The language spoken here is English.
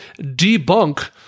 debunk